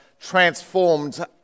transformed